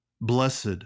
Blessed